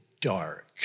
dark